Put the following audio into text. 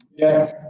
yes.